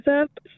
up